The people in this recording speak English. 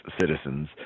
citizens